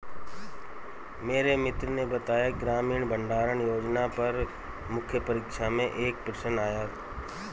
मेरे मित्र ने बताया ग्रामीण भंडारण योजना पर मुख्य परीक्षा में एक प्रश्न आया